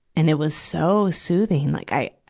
and it was so soothing. like i,